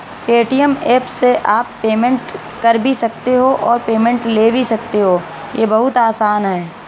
Paytm app से आप payment कर भी सकते हो और पेमेंट ले भी सकते हो, ये बहुत आसान है